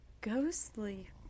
Ghostly